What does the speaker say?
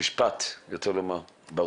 אין לי משפט ברור יותר לומר מזה.